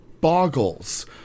boggles